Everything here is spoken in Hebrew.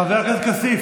חבר כנסת כסיף,